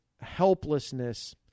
helplessness